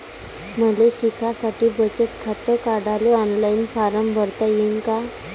मले शिकासाठी बचत खात काढाले ऑनलाईन फारम भरता येईन का?